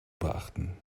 beachten